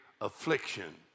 affliction